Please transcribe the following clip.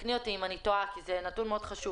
ותקני אותי אם אני טועה כי זה נתון מאוד חשוב,